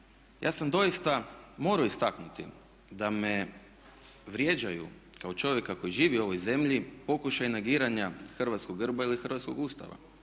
ja sam doista morao istaknuti da me vrijeđaju kao čovjeka koji živi u ovoj zemlji pokušaj negiranja hrvatskog grba ili hrvatskog Ustava